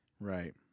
right